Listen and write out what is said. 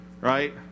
right